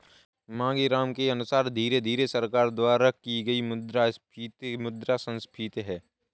मांगेराम के अनुसार धीरे धीरे सरकार द्वारा की गई मुद्रास्फीति मुद्रा संस्फीति है